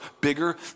bigger